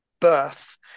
birth